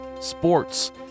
sports